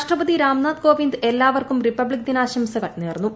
രാഷ്ട്രപതി രാംനാഥ് കോവിന്ദ് എല്ലാവർക്കും റിപ്പബ്ലിക്ക് ദിനാശംസകൾ നേർന്നു